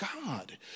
God